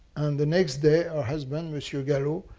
the next day her husband, monsieur galop,